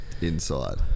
inside